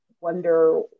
wonder